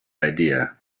idea